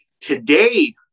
Today